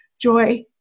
joy